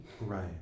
Right